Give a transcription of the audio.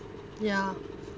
ya